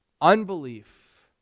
unbelief